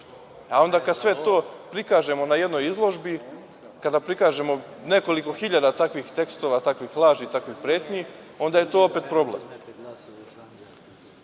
Onda, kada sve to prikažemo na jednoj izložbi, kada prikažemo nekoliko hiljada takvih tekstova, takvih laži, takvih pretnji, onda je to opet problem. Dakle,